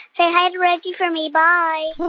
say hi to reggie for me. bye